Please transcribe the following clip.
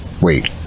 wait